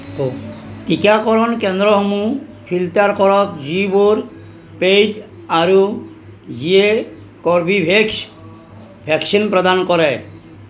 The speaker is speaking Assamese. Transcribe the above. কাকৰণ কেন্দ্ৰসমূহ ফিল্টাৰ কৰক যিবোৰ পেইড আৰু যিয়ে কৰ্বীভেক্স ভেকচিন প্ৰদান কৰে